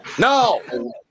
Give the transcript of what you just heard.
No